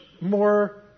more